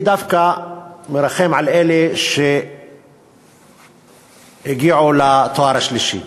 אני דווקא מרחם על אלה שהגיעו לתואר השלישי,